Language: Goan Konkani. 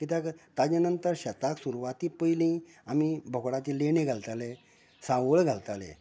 कित्याक ताचे नंतर शेताक सुरवाती पयली आमी बोकडांची लेणी घालताले सावळ घालताले